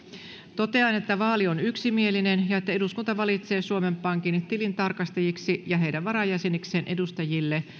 totean että vaali on yksimielinen ja että eduskunta valitsee suomen pankin tilintarkastajiksi ja heidän varajäsenikseen edustajille